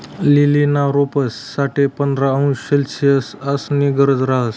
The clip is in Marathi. लीलीना रोपंस साठे पंधरा अंश सेल्सिअसनी गरज रहास